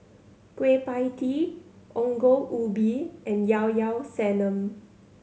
Kueh Pie Tee Ongol Ubi and Llao Llao Sanum